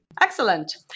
Excellent